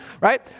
right